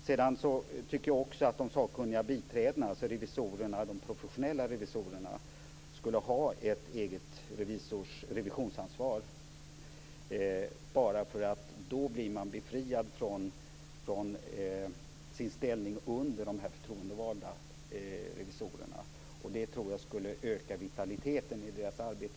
Sedan tycker jag också att de sakkunniga biträdena, de certifierade och de professionella revisorerna skulle ha ett eget revisionsansvar, därför att de då skulle befrias från sin ställning under de förtroendevalda revisorerna. Det tror jag skulle öka vitaliteten i deras arbete.